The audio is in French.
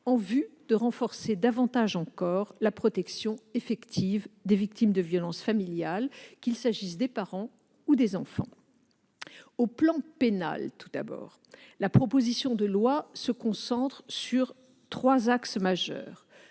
en vue de renforcer davantage encore la protection effective des victimes de violences familiales, qu'il s'agisse des parents ou des enfants. Sur le plan pénal, tout d'abord, la proposition de loi se concentre sur trois axes majeurs.